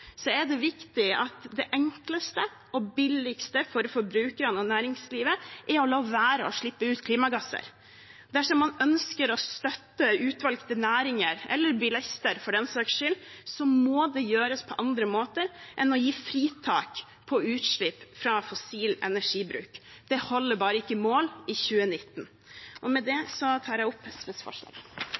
er det viktig at det enkleste og billigste for forbrukerne og næringslivet er å la være å slippe ut klimagasser. Dersom man ønsker å støtte utvalgte næringer, eller bilister for den saks skyld, må det gjøres på andre måter enn å gi fritak på utslipp fra fossil energibruk. Det holder bare ikke mål i 2019. Med det tar jeg opp SVs forslag.